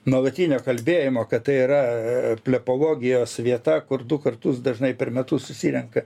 nuolatinio kalbėjimo kad tai yra plepologijos vieta kur du kartus dažnai per metus susirenka